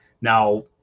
now